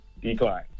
Decline